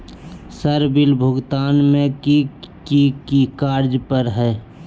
Sir bill भुगतान में की की कार्य पर हहै?